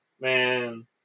Man